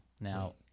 now